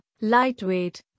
lightweight